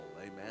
Amen